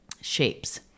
shapes